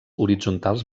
horitzontals